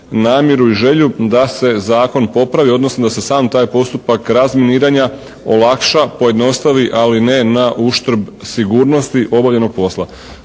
namjeru i želju da se Zakon popravi odnosno da se sam taj postupak razminiranja olakša, pojednostavi ali ne na uštrb sigurnosti obavljenog posla.